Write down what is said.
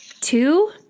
two